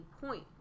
point